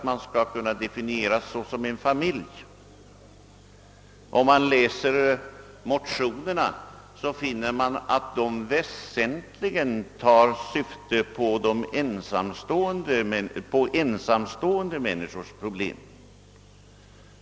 Men motionärerna koncentrerar sig framför allt på ensamstående människors problem.